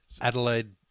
Adelaide